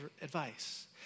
advice